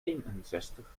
eenenzestig